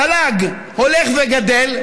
תל"ג הולך וגדל,